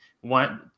One